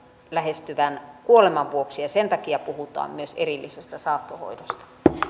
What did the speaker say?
lähestyvän kuoleman vuoksi ja sen takia puhutaan myös erillisestä saattohoidosta